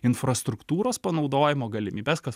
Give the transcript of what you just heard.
infrastruktūros panaudojimo galimybes kas